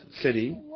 city